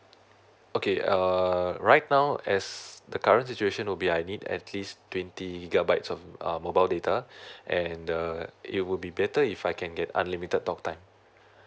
okay uh right now as the current situation would be I need at least twenty gigabytes of mobile data and uh it would be better if I can get unlimited talk time